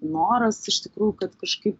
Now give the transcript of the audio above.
noras iš tikrųjų kad kažkaip